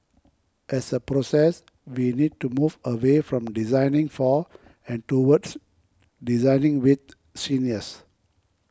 as a process we need to move away from designing for and towards designing with seniors